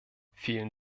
vielen